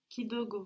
Kidogo